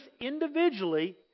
individually